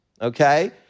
okay